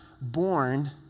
born